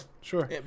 sure